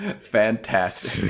fantastic